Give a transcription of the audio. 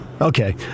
Okay